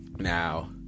now